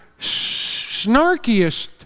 snarkiest